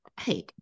Hey